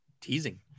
teasing